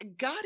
God